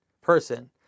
person